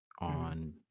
on